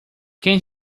quem